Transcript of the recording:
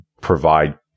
provide